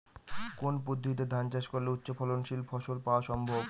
কোন পদ্ধতিতে ধান চাষ করলে উচ্চফলনশীল ফসল পাওয়া সম্ভব?